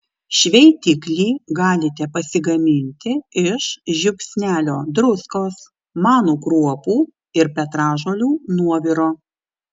šveitiklį galite pasigaminti iš žiupsnelio druskos manų kruopų ir petražolių nuoviro